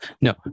No